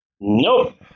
Nope